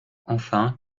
enfin